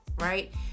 right